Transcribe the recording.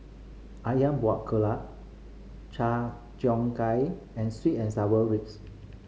Ayam Buah Keluak char cheong gai and sweet and sour ribs